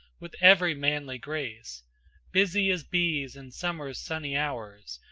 with every manly grace busy as bees in summer's sunny hours,